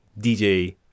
DJ